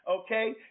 okay